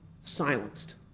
silenced